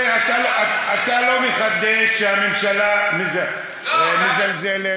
אתה לא מחדש שהממשלה מזלזלת.